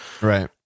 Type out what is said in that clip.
Right